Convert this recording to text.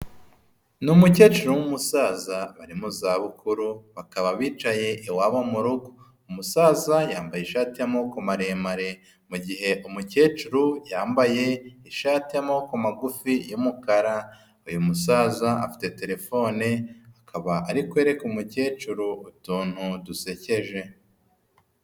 Ni umukecuru n'umusaza bari mu za bukuru, bakaba bicaye iwabo mu rugo. Umusaza yambaye ishati y'amaboko maremare, mu gihe umukecuru yambaye ishati y'amaboko magufi y'umukara. Uyu musaza afite telefone, akaba ari kwereka umukecuru utuntu dusekeje.